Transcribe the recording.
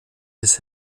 des